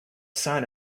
sign